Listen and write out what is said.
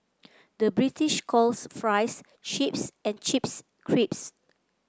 the British calls fries chips and chips crisps